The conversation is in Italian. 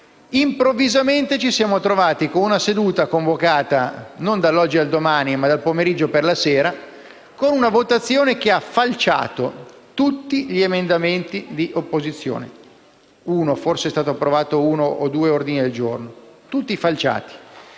improvvisamente ci siamo trovati con una seduta convocata non dall'oggi a domani, ma dal pomeriggio per la sera, e con una votazione che ha falciato tutti gli emendamenti di opposizione. Forse uno o due ordini del giorno sono stati